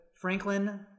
Franklin